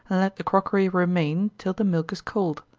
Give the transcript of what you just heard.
let the crockery remain till the milk is cold.